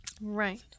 Right